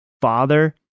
father